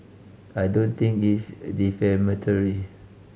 I don't think it's defamatory